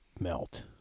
melt